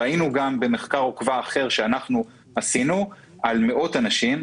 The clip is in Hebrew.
ראינו גם במחקר עוקבה אחר שאנחנו עשינו על מאות אנשים,